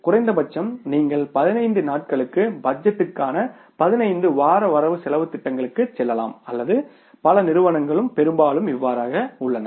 குறைந்தபட்சம் நீங்கள் 15 நாட்களுக்கு பட்ஜெட்டுக்கான பதினைந்து வார வரவு செலவுத் திட்டங்களுக்கு செல்லலாம் அல்லது பல நிறுவனங்கள் பெரும்பாலும் உள்ளன